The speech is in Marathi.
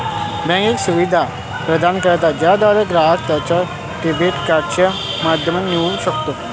बँक एक सुविधा प्रदान करते ज्याद्वारे ग्राहक त्याच्या डेबिट कार्डची मर्यादा निवडू शकतो